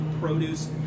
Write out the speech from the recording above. produce